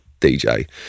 DJ